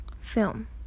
film